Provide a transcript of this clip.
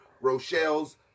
Rochelle's